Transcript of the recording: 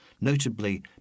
Notably